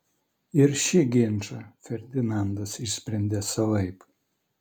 ir šį ginčą ferdinandas išsprendė savaip